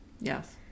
Yes